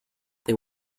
they